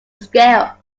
scale